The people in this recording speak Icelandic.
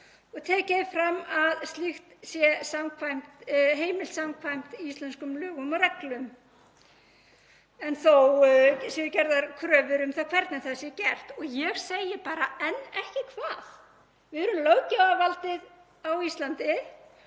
Tekið er fram að slíkt sé heimilt samkvæmt íslenskum lögum og reglum en þó séu gerðar kröfur um það hvernig það sé gert. Og ég segi bara: En ekki hvað? Við erum löggjafarvaldið á Íslandi